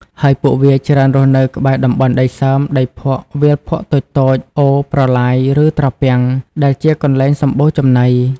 ហើយពួកវាច្រើនរស់នៅក្បែរ តំបន់ដីសើម ដីភក់ វាលភក់តូចៗ អូរ ប្រឡាយ ឬត្រពាំង ដែលជាកន្លែងសម្បូរចំណី។